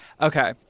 Okay